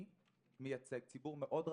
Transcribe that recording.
אני מייצג ציבור מאד רחב,